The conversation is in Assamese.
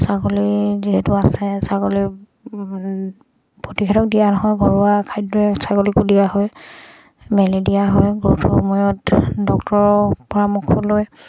ছাগলী যিহেতু আছে ছাগলী প্ৰতিষেধক দিয়া নহয় ঘৰুৱা খাদ্য ছাগলীকো দিয়া হয় মেলি দিয়া হয় সময়ত ডক্তৰৰ পৰামৰ্শ লৈ